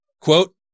Quote